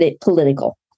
political